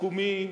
לסיכומים